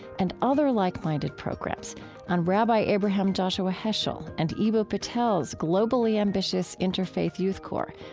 and other like-minded programs on rabbi abraham joshua heschel and eboo patel's globally ambitious interfaith youth corps,